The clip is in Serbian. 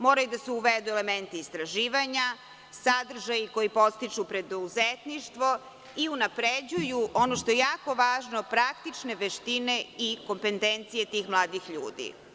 Moraju da se uvedu elementi istraživanja, sadržaji koji podstiču preduzetništvo i unapređuju ono što je jako važno, praktične veštine i kompetencije tih mladih ljudi.